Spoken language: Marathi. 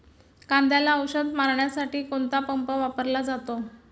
कांद्याला औषध मारण्यासाठी कोणता पंप वापरला जातो?